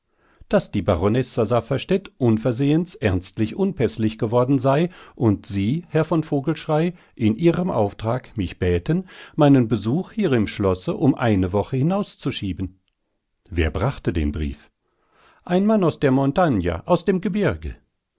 daß die baronessa safferstätt unversehens ernstlich unpäßlich geworden sei und sie herr von vogelschrey in ihrem auftrag mich bäten meinen besuch hier im schlosse um eine woche hinauszuschieben wer brachte den brief ein mann aus der montagna aus dem gebirge